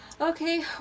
Okay